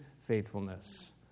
faithfulness